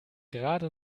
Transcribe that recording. gerade